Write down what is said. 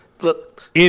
Look